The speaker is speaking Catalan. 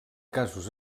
casos